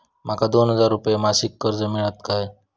माका दोन हजार रुपये मासिक कर्ज मिळात काय?